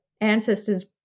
ancestors